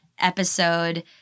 episode